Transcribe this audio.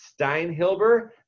Steinhilber